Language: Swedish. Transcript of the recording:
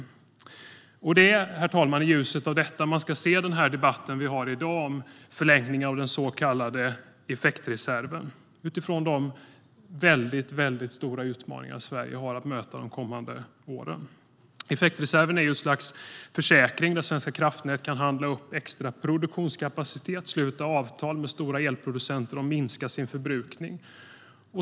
Herr talman! Det är i ljuset av detta man ska se den debatt vi har i dag, om förläggningen av den så kallade effektreserven, utifrån de mycket stora utmaningar Sverige har att möta de kommande åren. Effektreserven är ju ett slags försäkring, där Svenska kraftnät kan handla upp extra produktionskapacitet, sluta avtal med stora elproducenter och minska sin förbrukning.